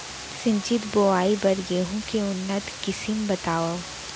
सिंचित बोआई बर गेहूँ के उन्नत किसिम बतावव?